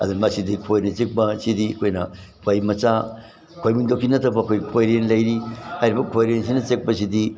ꯑꯗꯨꯅ ꯃꯁꯤꯗꯤ ꯈꯣꯏꯅ ꯆꯤꯛꯄ ꯑꯁꯤꯗꯤ ꯑꯩꯈꯣꯏꯅ ꯈꯣꯏ ꯃꯆꯥ ꯈꯣꯏꯅꯤꯡꯗꯧꯁꯤ ꯅꯠꯇꯕ ꯑꯩꯈꯣꯏ ꯈꯣꯏꯔꯦꯜ ꯂꯩꯔꯤ ꯍꯥꯏꯔꯤꯕ ꯈꯣꯏꯔꯦꯜꯁꯤꯅ ꯆꯤꯛꯄꯁꯤꯗꯤ